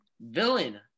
Villain